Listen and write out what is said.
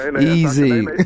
easy